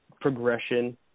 progression